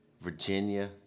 Virginia